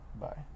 Bye